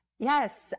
Yes